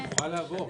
הוא יכול לעבור.